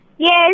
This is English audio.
Yes